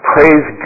Praise